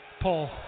Paul